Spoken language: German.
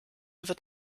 wird